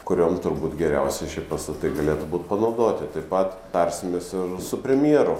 kuriom turbūt geriausiai šie pastatai galėtų būt panaudoti taip pat tarsimės ir su premjeru